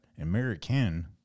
American